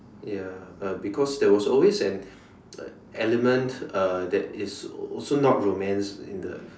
ya uh because there always an element uh that is always not romance in the